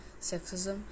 sexism